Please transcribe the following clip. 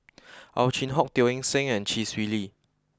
Ow Chin Hock Teo Eng Seng and Chee Swee Lee